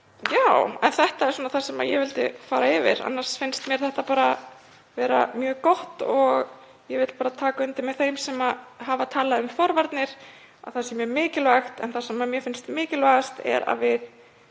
Þetta er það sem ég vildi fara yfir. Annars finnst mér þetta bara vera mjög gott og ég vil taka undir með þeim sem hafa talað um forvarnir, að þær séu mjög mikilvægar. En það sem mér finnst mikilvægast er að við